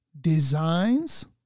designs